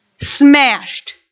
smashed